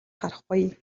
харахгүй